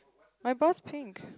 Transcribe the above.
my bus pink